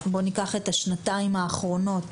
בוא ניקח את השנתיים האחרונות,